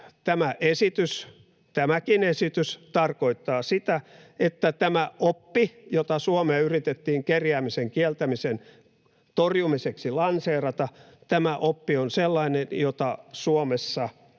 tämäkin esitys — tarkoittaa sitä, että tämä oppi, jota Suomeen yritettiin kerjäämisen kieltämisen torjumiseksi lanseerata, on sellainen, jota Suomessa